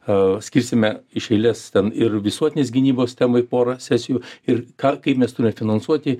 a skirsime iš eilės ten ir visuotinės gynybos temai porą sesijų ir ką kaip mes turime finansuoti